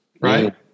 Right